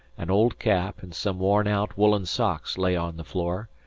an old cap, and some worn-out woollen socks lay on the floor,